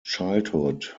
childhood